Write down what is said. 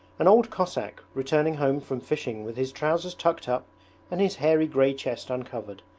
an old cossack, returning home from fishing with his trousers tucked up and his hairy grey chest uncovered,